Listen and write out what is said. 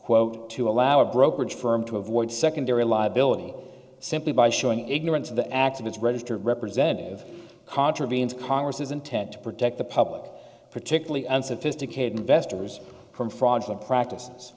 quote to allow a brokerage firm to avoid secondary liability simply by showing ignorance of the act of its registered representative contravenes congress's intent to protect the public particularly unsophisticated investors from fraudulent practices